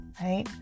right